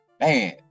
man